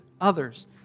others